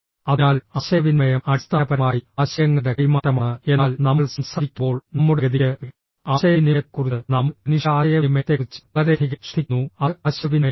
അതിനാൽ ആശയവിനിമയം അടിസ്ഥാനപരമായി ആശയങ്ങളുടെ കൈമാറ്റമാണ് എന്നാൽ നമ്മൾ സംസാരിക്കുമ്പോൾ നമ്മുടെ ഗതിക്ക് ആശയവിനിമയത്തെക്കുറിച്ച് നമ്മൾ മനുഷ്യ ആശയവിനിമയത്തെക്കുറിച്ച് വളരെയധികം ശ്രദ്ധിക്കുന്നു അത് ആശയവിനിമയമാണ്